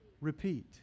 repeat